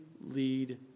lead